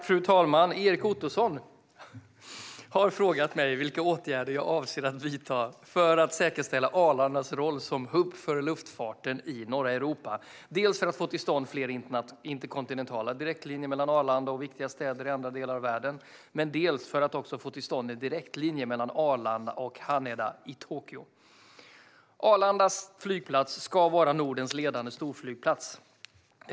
Fru talman! Erik Ottoson har frågat mig vilka åtgärder jag avser att vidta för att säkerställa Arlandas roll som hubb för luftfarten i norra Europa, dels för att få till stånd fler interkontinentala direktlinjer mellan Arlanda och viktiga städer i andra delar av världen, dels för att få till stånd en direktlinje mellan Arlanda och Haneda i Tokyo. Arlanda flygplats ska vara Nordens ledande storflygplats.